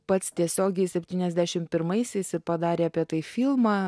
pats tiesiogiai septyniasdešim pirmaisiais ir padarė apie tai filmą